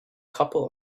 couple